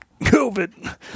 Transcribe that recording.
COVID